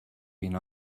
been